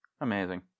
Amazing